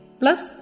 plus